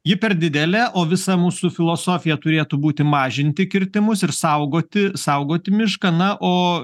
ji per didelė o visa mūsų filosofija turėtų būti mažinti kirtimus ir saugoti saugoti mišką na o